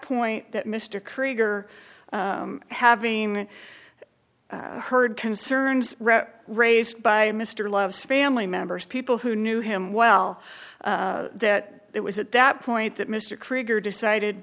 point that mr krieger having heard concerns raised by mr love's family members people who knew him well that it was at that point that mr krieger decided